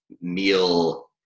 meal